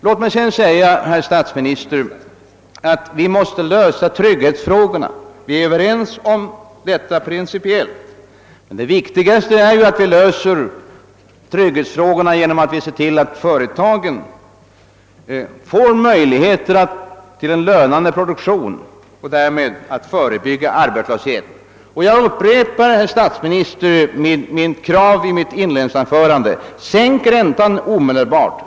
Låt mig sedan säga, herr statsminister, att vi måste lösa trygghetsfrågorna. Vi är överens härom principiellt. Det viktigaste i detta avseende är givetvis att vi ser till att företagen får möjligheter till en lönande produktion; därmed förebygger vi arbetslösheten. Jag upprepar, herr statsminister, kravet i mitt inledningsanförande: Sänk räntan omedelbart!